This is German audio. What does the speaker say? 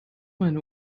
meine